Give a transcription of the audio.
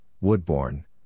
Woodbourne